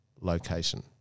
location